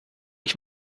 ich